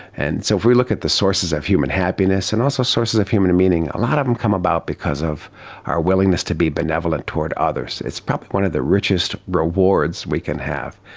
and so if we look at the sources of human happiness and also sources of human meaning, a lot of them come about because of our willingness to be benevolent towards others. it's probably one of the richest rewards we can have,